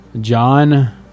John